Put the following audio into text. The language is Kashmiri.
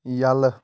یلہٕ